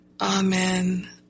Amen